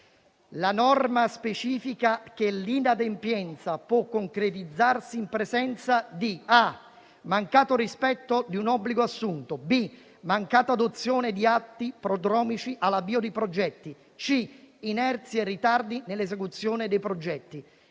La norma specifica che l'inadempienza può concretizzarsi in presenza di mancato rispetto di un obbligo assunto; mancata adozione di atti prodromici all'avvio di progetti; inerzia e ritardi nell'esecuzione dei progetti.